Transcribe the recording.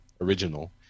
original